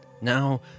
now